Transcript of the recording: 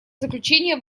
заключение